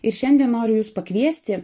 ir šiandien noriu jus pakviesti